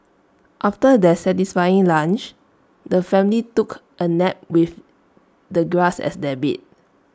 after their satisfying lunch the family took A nap with the grass as their bed